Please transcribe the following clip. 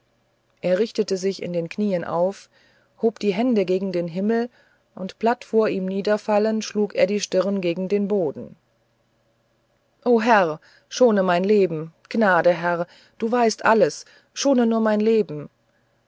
er richtete sich in den knieen auf hob die hände gegen den himmel und platt vor ihm niederfallend schlug er die stirn gegen den boden o herr schone mein leben gnade herr du weißt alles schone nur mein leben